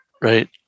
right